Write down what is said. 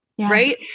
Right